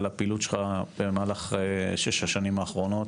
על הפעילות שלך במהלך שש השנים האחרונות.